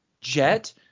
Jet